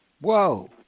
Whoa